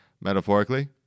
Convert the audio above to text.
metaphorically